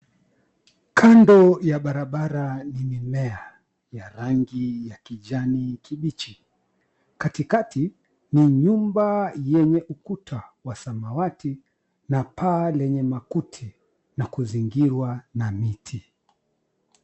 Kando ya barabara, ni mimea ya rangi ya kijani kibichi. Katikati ni nyumba yenye ukuta wa samawati, na paa lenye makuti na kuzingirwa na miti.